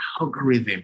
algorithm